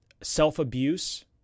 self-abuse